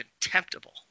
contemptible